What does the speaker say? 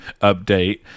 update